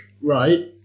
Right